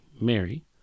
mary